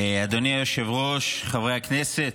אדוני היושב-ראש, חברי הכנסת,